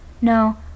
No